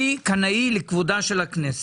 אני קנאי לכבודה של הכנסת.